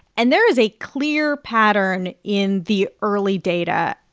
and there is a clear pattern in the early data.